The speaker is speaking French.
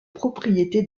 propriété